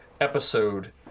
episode